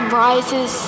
rises